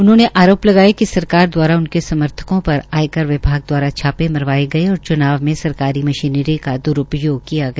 उन्होंने आरोप लगाया कि सरकार दवारा उनके समर्थकों पर आयकर विभाग दवारा छापे मरवाए गए और च्नाव में सरकारी मशीनरी का द्रूप्रयोग किया गया